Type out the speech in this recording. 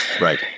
Right